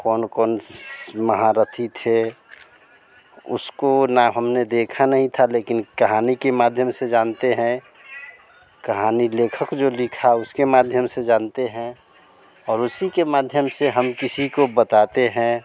कौन कौन से महारथी थे उसको ना हमने देखा नहीं था लेकिन कहानी के माध्यम से जानते हैं कहानी लेखक जो लिखे उसके माध्यम से जानते हैं और उसी के माध्यम से हम किसी को बताते हैं